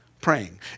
praying